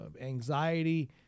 anxiety